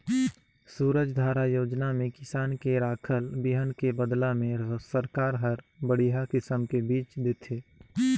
सूरजधारा योजना में किसान के राखल बिहन के बदला में सरकार हर बड़िहा किसम के बिज देथे